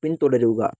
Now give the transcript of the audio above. പിന്തുടരുക